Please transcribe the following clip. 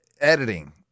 editing